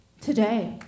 today